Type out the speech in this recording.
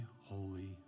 holy